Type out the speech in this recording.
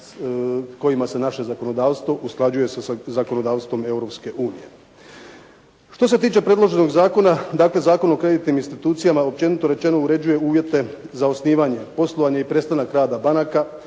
kojima se naše zakonodavstvo usklađuje sa zakonodavstvom Europske unije. Što se tiče predloženog zakona, dakle, Zakon o kreditnim institucijama općenito rečeno uređuje uvjete za osnivanje, poslovanje i prestanak rada banaka